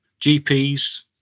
GPs